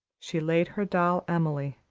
she laid her doll, emily,